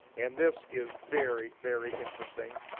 and this is very, very interesting.